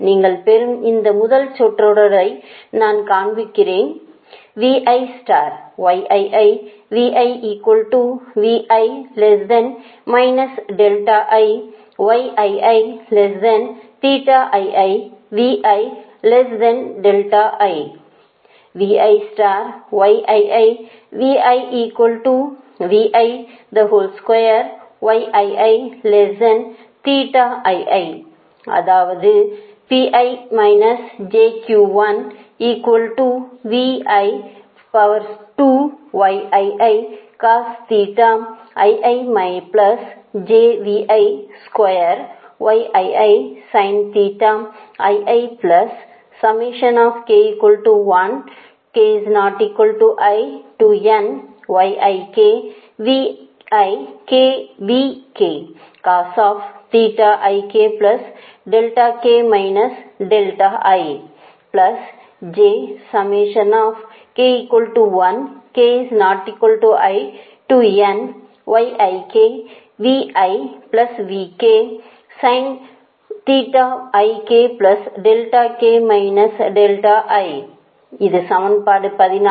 நீங்கள் பெறும் இந்த முதல் சொற்றொடரை நான் காண்பிக்கிறேன் அதாவது இது சமன்பாடு 14